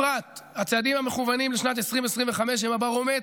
בפרט הצעדים המכוונים לשנת 2025 הם הברומטר,